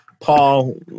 Paul